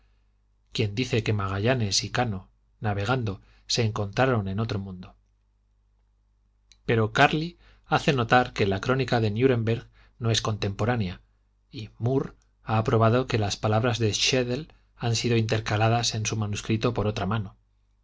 quien dice que magallanes y cano navegando se encontraron en otro mundo pero carli hace notar que la crónica de nuremberg no es contemporánea y murr ha comprobado que las palabras de schedel han sido intercaladas en su manuscrito por otra mano